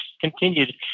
continued